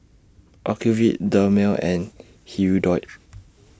Ocuvite Dermale and Hirudoid